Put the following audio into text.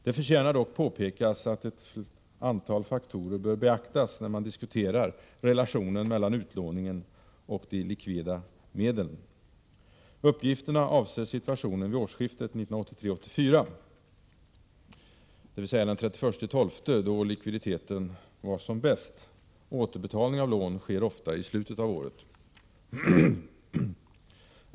Det förtjänar dock påpekas att ett antal faktorer bör beaktas när man diskuterar relationen mellan utlåningen och de likvida medlen. Uppgifterna avser situationen vid årskiftet 1983/84, dvs. den 31 december, då likviditeten var som bäst. Återbetalning av lån sker ofta i slutet av året.